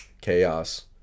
chaos